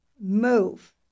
move